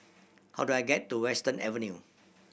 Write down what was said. how do I get to Western Avenue